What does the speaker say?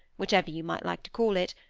whichever you might like to call it,